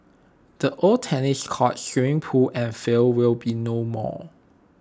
the old tennis courts swimming pool and field will be no more